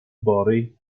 body